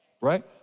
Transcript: right